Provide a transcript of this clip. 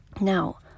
Now